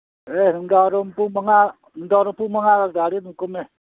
ꯑꯦ ꯅꯨꯡꯗꯥꯡꯋꯥꯏꯔꯝ ꯄꯨꯡ ꯃꯉꯥ ꯅꯨꯡꯗꯥꯡꯋꯥꯏꯔꯝ ꯄꯨꯡ ꯃꯉꯥꯒ ꯇꯥꯔꯗꯤ ꯑꯗꯨꯝ ꯀꯨꯝꯃꯦ